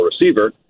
receiver